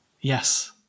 Yes